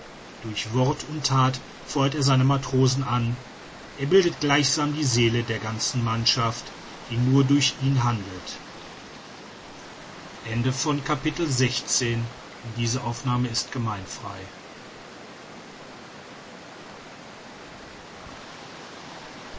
durch wort und that feuert er seine matrosen an er bildet gleichsam die seele der ganzen mannschaft die nur durch ihn handelt